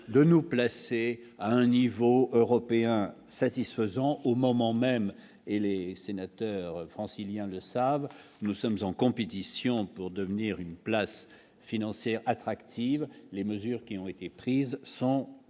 de nous placer à un niveau européen satisfaisant au moment même, et les sénateurs franciliens le savent, nous sommes en compétition pour devenir une place financière attractive, les mesures qui ont été prises sont bienvenues